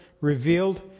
revealed